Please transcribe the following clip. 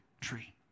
tree